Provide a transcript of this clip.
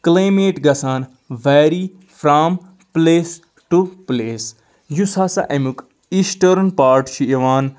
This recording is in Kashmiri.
کلایمیٹ گژھان very from place to place یُس ہسا امیُک ایسٹٲرن پاٹ چھُ یِوان